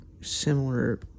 similar